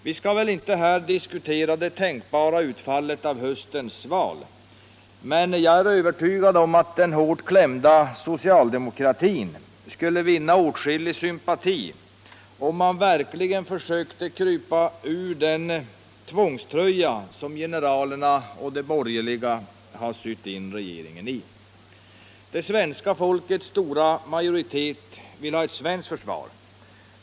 Vi skall väl inte här diskutera det tänkbara utfallet av höstens val, men jag är övertygad om att den hårt klämda socialdemokratin skulle vinna åtskillig sympati om man verkligen försökte krypa ur den tvångströja som generalerna och de borgerliga har sytt in regeringen i. Det svenska folkets stora majoritet vill ha ett starkt försvar.